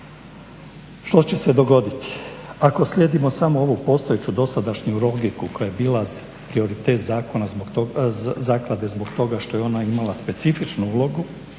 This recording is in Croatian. Što će se dogoditi? Ako slijedimo samo ovu postojeću dosadašnju logiku koja je bila prioritet zaklade zbog toga što je ona imala specifičnu ulogu